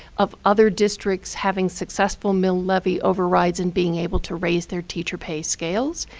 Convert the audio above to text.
of other districts having successful mill levy overrides and being able to raise their teacher pay scales.